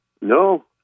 No